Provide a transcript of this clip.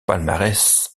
palmarès